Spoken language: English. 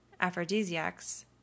aphrodisiacs